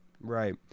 Right